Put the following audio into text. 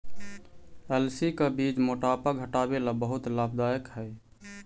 अलसी का बीज मोटापा घटावे ला बहुत लाभदायक हई